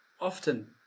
often